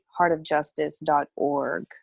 HeartOfJustice.org